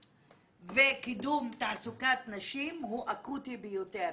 וקידום תעסוקת נשים הוא אקוטי ביותר.